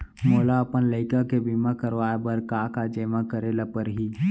मोला अपन लइका के बीमा करवाए बर का का जेमा करे ल परही?